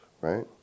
right